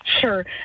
Sure